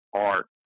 art